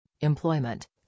employment